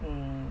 mm